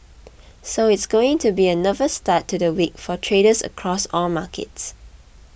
so it's going to be a nervous start to the week for traders across all markets